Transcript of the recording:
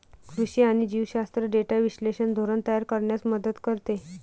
कृषी आणि जीवशास्त्र डेटा विश्लेषण धोरण तयार करण्यास मदत करते